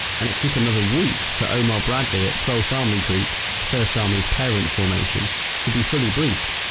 and it took another week for omar bradley at twelfth army group first army's parent formation to be fully briefed.